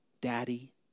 Daddy